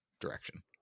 direction